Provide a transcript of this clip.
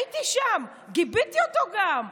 הייתי שם, גיביתי אותו גם.